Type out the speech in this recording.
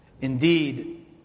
Indeed